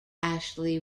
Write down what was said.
ashley